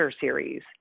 series